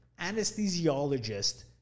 anesthesiologist